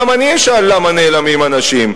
גם אני אשאל למה נעלמים אנשים.